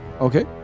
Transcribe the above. Okay